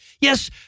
Yes